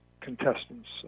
contestants